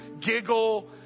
giggle